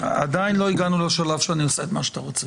עדיין לא הגעתי לשלב שאני עושה מה שאתה רוצה.